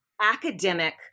academic